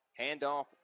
handoff